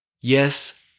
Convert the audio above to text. yes